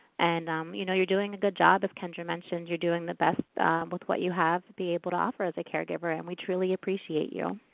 and um you know, you're doing a good job as kendra mentioned. you're doing the best with what you have to be able to offer as a caregiver and we truly appreciate you.